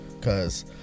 Cause